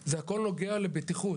זה הכול נוגע לבטיחות.